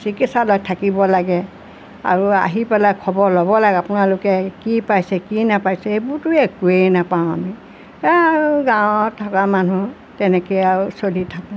চিকিৎসালয় থাকিব লাগে আৰু আহি পেলাই খবৰ ল'ব লাগে আপোনালোকে কি পাইছে কি নাপাইছে এইবোৰতো একোৱেই নাপাওঁ আমি এয়া আৰু গাঁৱত থকা মানুহ তেনেকেই আৰু চলি থাকোঁ